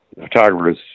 photographers